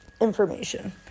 information